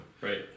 Right